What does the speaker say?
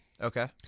Okay